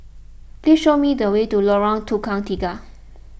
please show me the way to Lorong Tukang Tiga